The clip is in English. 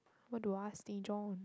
what do I stinge on